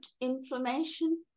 inflammation